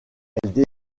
elle